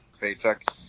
paycheck